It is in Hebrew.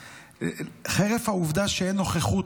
חרף העובדה שאין נוכחות